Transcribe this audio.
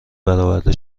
برآورده